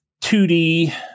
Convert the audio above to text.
2d